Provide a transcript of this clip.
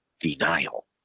denial